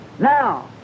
Now